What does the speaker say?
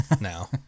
now